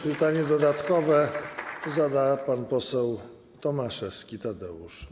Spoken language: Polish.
Pytanie dodatkowe zada pan poseł Tomaszewski Tadeusz.